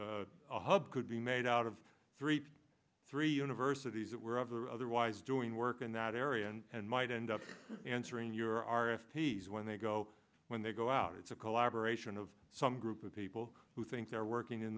and a hub could be made out of three to three universities that were ever otherwise doing work in that area and might end up answering your r f p when they go when they go out it's a collaboration of some group of people who think they're working in